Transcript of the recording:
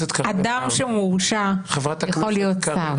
שאדם שמורשע יכול להיות שר.